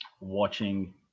watching